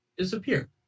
Disappear